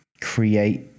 create